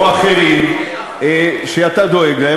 מסעדות או אחרים שאתה דואג להם,